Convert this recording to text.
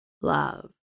Love